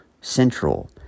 central